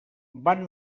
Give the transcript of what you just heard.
van